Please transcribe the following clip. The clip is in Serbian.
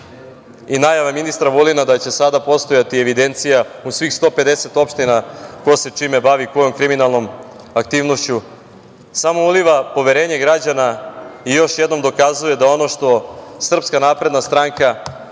I najave ministra Vulina da će sada postojati evidencija u svih 150 opština ko se čime bavi, kojom kriminalnom aktivnošću samo uliva poverenje građana i još jednom dokazuje da ono što SNS kaže, što